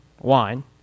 wine